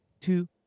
two